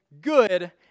good